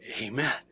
Amen